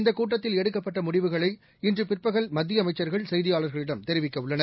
இந்தகூட்டத்தில் எடுக்கப்பட்டமுடிவுகளை இன்றுபிற்பகல் மத்தியஅமைச்சர்கள் செய்தியாளர்களிடம் தெரிவிக்கவுள்ளனர்